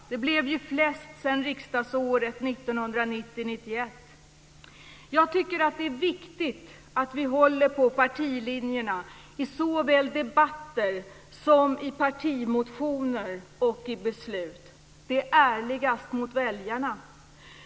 Det blev flest sedan riksdagsåret Jag tycker att det är viktigt att vi håller på partilinjerna i såväl debatter som i partimotioner och beslut. Det är ärligast mot väljarna.